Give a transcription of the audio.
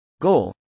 Goal